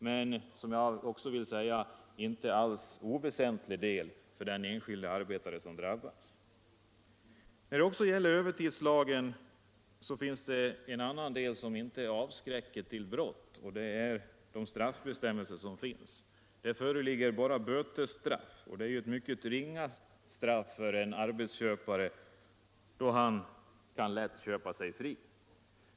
Det är dock inte någon oväsentlig skillnad för den arbetare som drabbas. I övertidslagen finns det också en del, som inte avskräcker från brott; de straffbestämmelser som föreligger innebär bara bötesstraff, och det är ju ett mycket ringa straff för en arbetsköpare, som då lätt kan köpa sig fri.